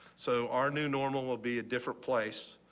so our new normal will be a different place.